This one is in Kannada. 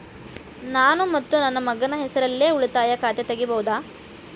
ನಾನು ಮತ್ತು ನನ್ನ ಮಗನ ಹೆಸರಲ್ಲೇ ಉಳಿತಾಯ ಖಾತ ತೆಗಿಬಹುದ?